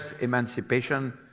emancipation